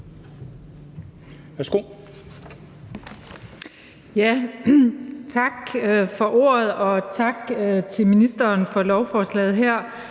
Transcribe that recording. (V): Tak for ordet, og tak til ministeren for lovforslaget her.